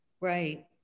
Right